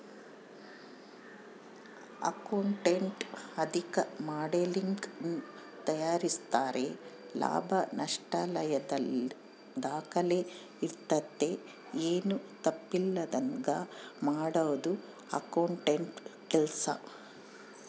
accountant ಆರ್ಥಿಕ ಮಾಡೆಲಿಂಗನ್ನ ತಯಾರಿಸ್ತಾರೆ ಲಾಭ ನಷ್ಟಯಲ್ಲದರ ದಾಖಲೆ ಇರ್ತತೆ, ಏನು ತಪ್ಪಿಲ್ಲದಂಗ ಮಾಡದು ಅಕೌಂಟೆಂಟ್ನ ಕೆಲ್ಸ